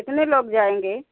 कितने लोग जाएँगे